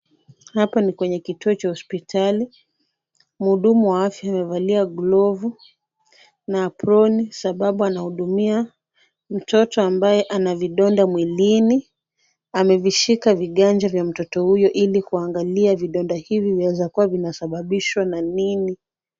Hapa ni kwenye kituo cha hospitali. Mhudumu wa afya amevalia glovu na aproni sababu anahudumia mtoto ambaye ana vidonda mwilini. Amevishika viganja vya mtoto huyo ili kuangalia vidonda hivi vinaweza kuwa vinasababishwa na nini.